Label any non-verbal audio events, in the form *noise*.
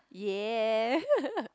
yeah *laughs*